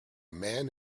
man